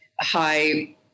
high